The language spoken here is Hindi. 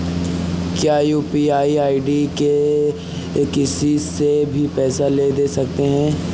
क्या यू.पी.आई आई.डी से किसी से भी पैसे ले दे सकते हैं?